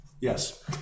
Yes